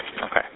Okay